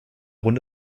runde